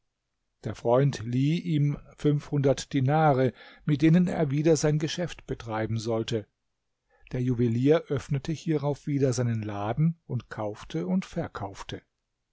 der freund lieh ihm fünfhundert dinare mit denen er wieder sein geschäft betreiben sollte der juwelier öffnete hierauf wieder seinen laden und kaufte und verkaufte